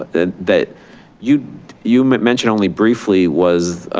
ah that that you you mentioned only briefly was